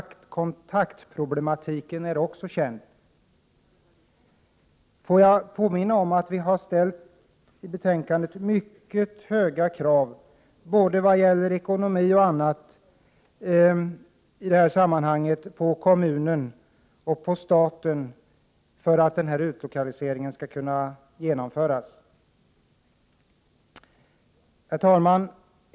Kontaktproblematiken är också känd. Låt mig påminna om att vi i betänkandet har ställt mycket höga krav, såväl beträffande ekonomi som annat, på kommunen och på staten för att utlokaliseringen skall kunna genomföras. Herr talman!